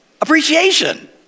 appreciation